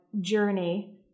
journey